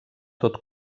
tot